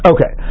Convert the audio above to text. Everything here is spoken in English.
Okay